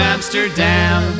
Amsterdam